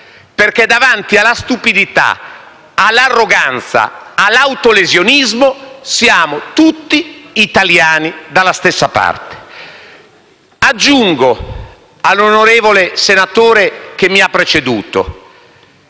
perché davanti alla stupidità, all'arroganza, all'autolesionismo, siamo tutti italiani dalla stessa parte. All'onorevole senatore che mi ha preceduto